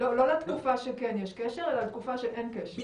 לא לתקופה שכן יש קשר אלא לתקופה שאין קשר.